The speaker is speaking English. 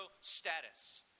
status